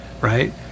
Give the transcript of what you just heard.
right